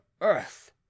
earth